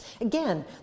Again